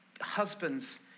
husbands